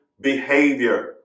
behavior